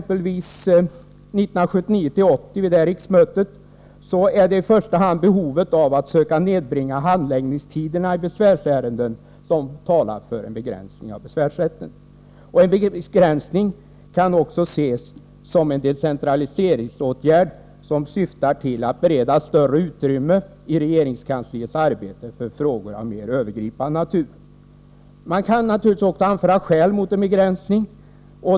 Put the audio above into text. Precis som vi sade vid 1979/80 års riksmöte är det i första hand behovet av att försöka nedbringa handläggningstiderna vid besvärsärenden som talar för en begränsning av besvärsrätten. En viss begränsning kan också ses som en decentraliseringsåtgärd syftande till att bereda större utrymme i regeringskansliets arbete åt frågor av mer övergripande natur. Det kan naturligtvis också anföras skäl mot en begränsning.